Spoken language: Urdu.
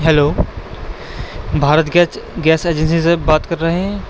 hello Bharat gas gas agency سے بات کر رہے ہیں